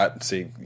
See